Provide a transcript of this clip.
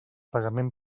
pagament